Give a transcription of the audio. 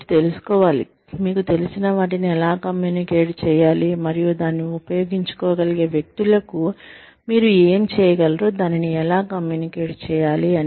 మీరు తెలుసుకోవాలి మీకు తెలిసిన వాటిని ఎలా కమ్యూనికేట్ చేయాలి మరియు దాన్ని ఉపయోగించుకోగలిగే వ్యక్తులకు మీరు ఏమి చేయగలరో దానిని ఎలా కమ్యూనికేట్ చేయాలి